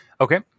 Okay